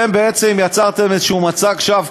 אתם בעצם יצרתם איזה מצג שווא,